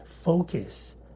focus